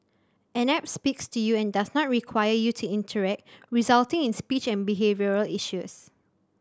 an app speaks to you and does not require you to interact resulting in speech and behavioural issues